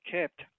kept